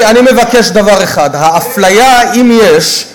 אני מבקש דבר אחד: האפליה, אם יש,